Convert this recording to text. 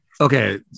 Okay